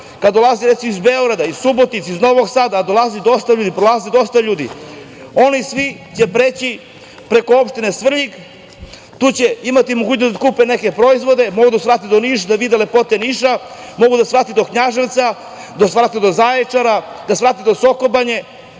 kada dolazi, recimo, iz Beograda, iz Subotice, iz Novog Sada, a dolazi dosta ljudi, oni svi će preći preko opštine Svrljig. Tu će imati mogućnost da kupe neke proizvode, mogu da svrate do Niša, da vide lepote Niša, mogu da svrate do Knjaževca, da svrate do Zaječara, da svrate do Sokobanje,